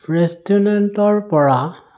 ৰেষ্টুৰেণ্টৰ পৰা